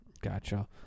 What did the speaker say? Gotcha